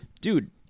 dude